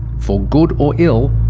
for good or ill,